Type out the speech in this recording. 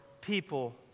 people